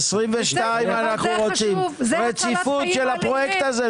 אנחנו רוצים רציפות של הפרויקט הזה.